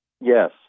Yes